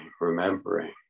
remembering